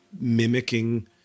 mimicking